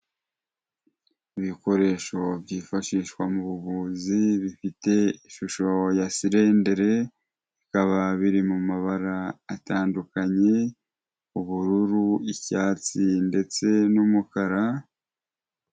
Ibikoresho byifashishwa mu buvuzi bifite ishusho ya sirendere, bikaba biri mu mabara atandukanye: Ubururu ,icyatsi ndetse n’umukara.